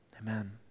Amen